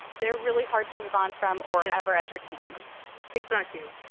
they are really hard to move on from, or ever entertain exactly.